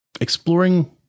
exploring